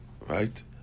right